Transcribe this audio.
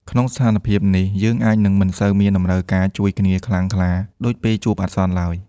ក្នុងស្ថានភាពនេះ យើងអាចនឹងមិនសូវមានតម្រូវការជួយគ្នាខ្លាំងក្លាដូចពេលជួបអាសន្នឡើយ។